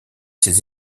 ses